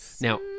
Now